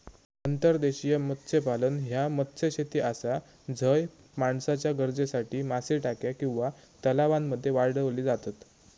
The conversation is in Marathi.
अंतर्देशीय मत्स्यपालन ह्या मत्स्यशेती आसा झय माणसाच्या गरजेसाठी मासे टाक्या किंवा तलावांमध्ये वाढवले जातत